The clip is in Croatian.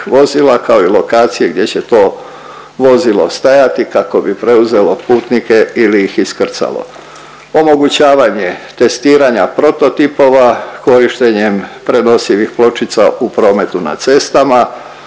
vozila kao i lokacije gdje će to vozilo stajati kako bi preuzelo putnike ili ih iskrcalo. Omogućavanje testiranja prototipova korištenjem prenosivih pločica u prometu na cestama,